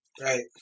Right